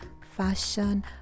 fashion